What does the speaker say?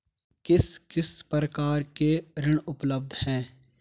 किस किस प्रकार के ऋण उपलब्ध हैं?